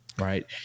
right